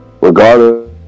regardless